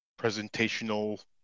presentational